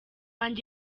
umubiri